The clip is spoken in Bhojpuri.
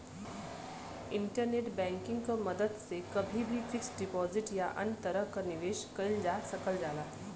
इंटरनेट बैंकिंग क मदद से कभी भी फिक्स्ड डिपाजिट या अन्य तरह क निवेश कइल जा सकल जाला